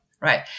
right